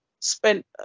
spent